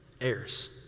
heirs